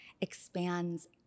expands